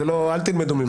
אז אל תלמדו ממנה.